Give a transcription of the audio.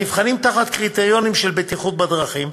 הנבחנים תחת קריטריונים של בטיחות בדרכים,